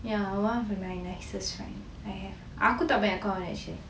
ya one of my nicest friend I have aku tak banyak kawan actually